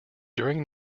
during